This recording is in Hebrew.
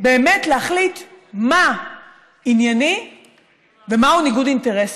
ובאמת להחליט מה ענייני ומה ניגוד אינטרסים.